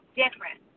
different